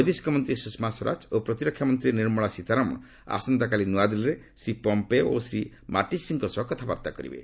ବୈଦେଶିକ ମନ୍ତ୍ରୀ ସୁଷମା ସ୍ୱରାଜ ଓ ପ୍ରତିରକ୍ଷା ମନ୍ତ୍ରୀ ନିର୍ମଳା ସୀତାରମଣ ଆସନ୍ତାକାଲି ନ୍ତଆଦିଲ୍ଲୀରେ ଶ୍ରୀ ପମ୍ପେଓ ଓ ଶ୍ରୀ ମାଟ୍ଟିସ୍ଙ୍କ ସହ କଥାବାର୍ତ୍ତା କରିବେ